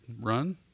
run